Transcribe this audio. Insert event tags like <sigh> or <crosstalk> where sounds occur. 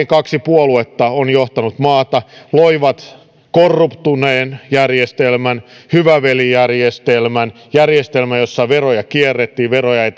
<unintelligible> kaksi puoluetta johtanut maata luonut korruptoituneen järjestelmän hyvä veli järjestelmän järjestelmän jossa veroja kierrettiin veroja ei <unintelligible>